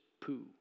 poo